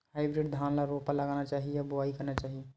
Hybrid धान ल रोपा लगाना चाही या बोआई करना चाही?